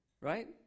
right